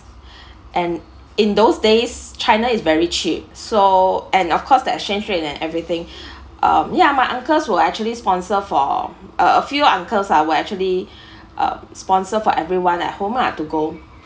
and in those days china is very cheap so and of course the exchange rate and everything um yeah my uncles will actually sponsor for a few uncles ah we're actually uh sponsor for everyone at home lah to go